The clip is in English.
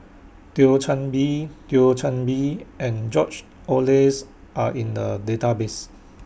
Thio Chan Bee Thio Chan Bee and George Oehlers Are in The Database